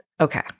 okay